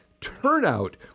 turnout